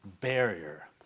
barrier